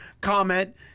comment